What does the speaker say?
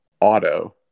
auto